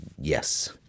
yes